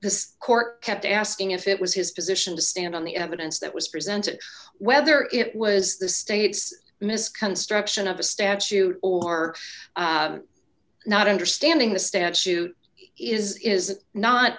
the court kept asking if it was his position to stand on the evidence that was presented whether it was the state's misconstruction of a statute or not understanding the statute is is